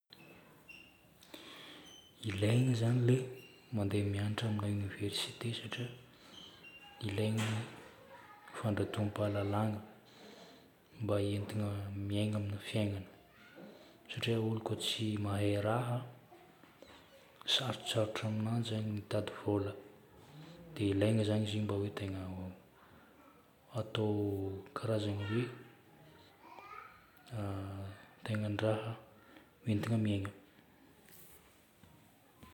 Ilaigna zagny ilay mandeha mianatra amina université satria ilaigna ny fandratoam-pahalalana mba entina miaina amina fiainana. Satria olo koa tsy mahay raha, sarotsarotra aminanjy zagny ny mitady vola. Dia ilaigna zagny izy io mba hoe tegna atao karazagna hoe tenan-draha entina miaigna.